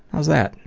how's that?